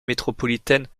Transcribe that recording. métropolitaine